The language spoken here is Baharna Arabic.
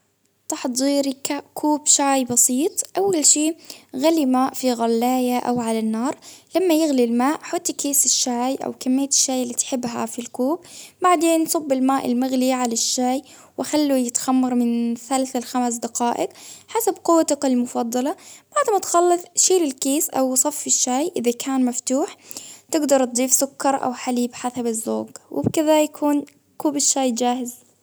تحضيري كوب شاي بسيط. ،أول شي غلي ماء في غلاية أو على النار، ثم يغلي الماء حطي كيس الشاي أو كمية الشاي اللي بتحبها في الكوب، بعدين صب الماء المغلي على الشاي، وخله يتخمر من ثلاثة لخمس دقائق حسب قوته المفضلة، بعد ما تخلص شيل الكيس أو صفي الشاي إذا كان مفتوح تقدر تضيف سكر ،أو حليب حسب الذوق وبكذا يكون كوب الشاي جاهز.